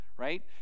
right